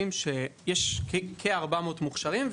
יש כ-400 רופאים מוכשרים,